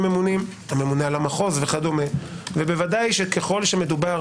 ממונים הממונה על המחוז וכדומה ובוודאי שככל שמדובר